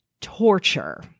torture